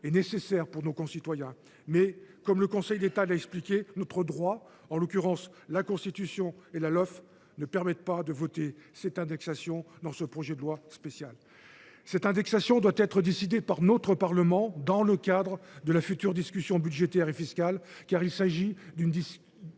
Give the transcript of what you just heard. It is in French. est nécessaire pour nos concitoyens. Mais comme le Conseil d’État l’explique, notre droit, en l’occurrence la Constitution et la Lolf, ne permet pas d’intégrer cette mesure dans le projet de loi spéciale. L’indexation doit être décidée par notre Parlement dans le cadre de la future discussion budgétaire et fiscale, car il s’agit d’une décision